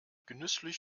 genüsslich